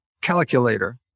calculator